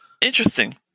Interesting